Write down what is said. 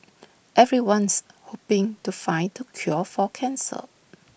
everyone's hoping to find the cure for cancer